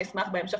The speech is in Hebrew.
אני אשמח בהמשך,